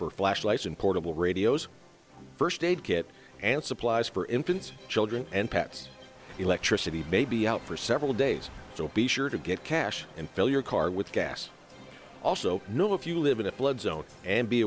for flashlights and portable radios first aid kit and supplies for infants children and pets electricity may be out for several days so be sure to get cash and fill your car with gas also know if you live in a flood zone and be